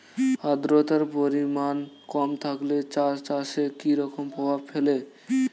আদ্রতার পরিমাণ কম থাকলে চা চাষে কি রকম প্রভাব ফেলে?